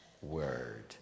Word